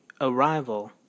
arrival